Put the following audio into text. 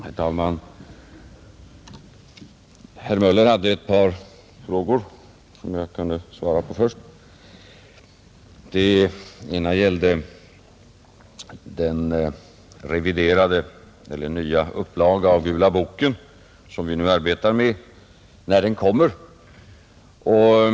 Herr talman! Herr Möller i Göteborg hade ett par frågor som jag kan svara på först. Den ena gällde när den reviderade upplagan av Gula boken som vi nu arbetar på kommer.